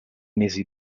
mesi